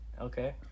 Okay